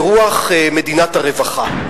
ברוח מדינת הרווחה.